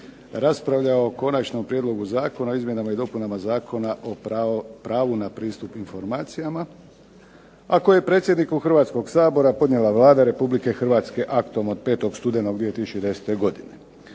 raspravljao o Konačnom prijedlogu zakona o izmjenama i dopunama Zakona o pravu na pristup informacijama, a koje je predsjedniku Hrvatskog sabora podnijela Vlada Republike Hrvatske aktom od 5. studenog 2010. godine.